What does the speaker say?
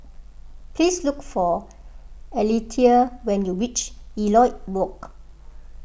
please look for Alethea when you reach Elliot Walk